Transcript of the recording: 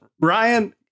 Ryan